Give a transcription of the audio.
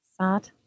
sad